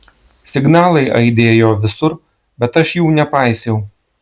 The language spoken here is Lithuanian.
signalai aidėjo visur bet aš jų nepaisiau